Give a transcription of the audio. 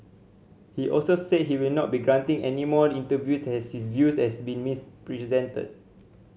he also said he will not be granting any more interviews as his views has been misrepresented